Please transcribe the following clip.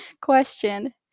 question